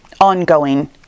ongoing